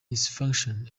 dysfunction